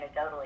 anecdotally